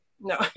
No